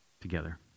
together